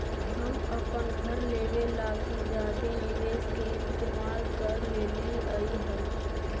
हम अपन घर लेबे लागी जादे निवेश के इस्तेमाल कर लेलीअई हल